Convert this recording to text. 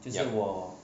讲